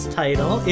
title